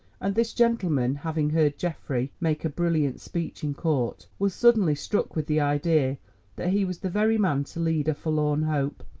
and this gentleman, having heard geoffrey make a brilliant speech in court, was suddenly struck with the idea that he was the very man to lead a forlorn hope.